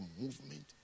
movement